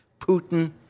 Putin